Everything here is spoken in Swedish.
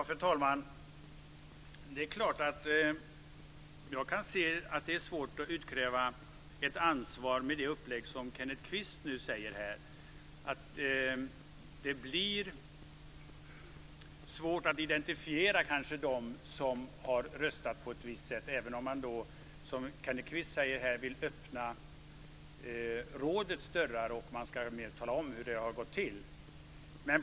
Fru talman! Det är klart att jag kan se att det är svårt att utkräva ett ansvar med det upplägg som Kenneth Kvist presenterar här. Det blir kanske svårt att identifiera dem som har röstat på ett visst sätt, även om man, som Kenneth Kvist säger, vill öppna rådets dörrar och att man ska tala om mer hur det har gått till.